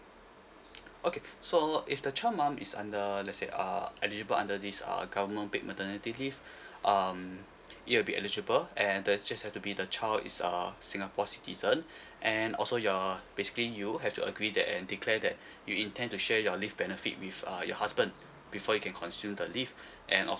okay so if the twelve month is under let say uh eligible under this uh government paid maternity leave um it'll be eligible and that's just have to be the child is a singapore citizen and also your basically you have to agree that and declare that you intend to share your leave benefit with uh your husband before you can consume the leave and